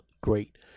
great